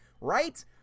right